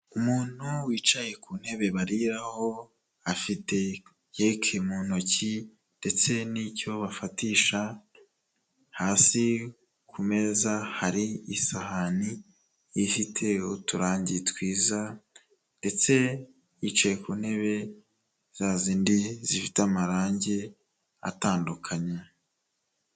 Umuntu wicaye ku ntebe bariraho afite keke mu ntoki ndetse n'icyo bafatisha, hasi ku meza hari isahani ifite uturangi twiza ndetse yicaye ku ntebe za zindi zifite amarange atandukanye.